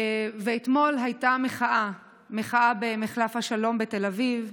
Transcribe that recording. אתמול הייתה מחאה במחלף השלום בתל אביב.